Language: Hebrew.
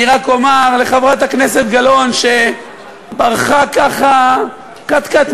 אני רק אומר לחברת הכנסת גלאון שברחה ככה קט-קט,